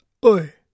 boy